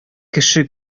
кеше